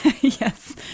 Yes